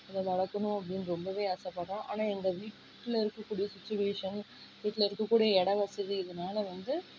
அதை வளர்க்கணும் அப்படின்னு ரொம்பவே ஆசைப்பட்றோம் ஆனால் எங்கள் வீட்டில் இருக்கக்கூடிய சுச்சுவேஷன் வீட்டில் இருக்கக்கூடிய இடவசதி இதனால வந்து